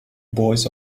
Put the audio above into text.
boys